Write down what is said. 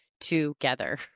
together